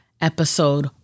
Episode